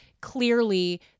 clearly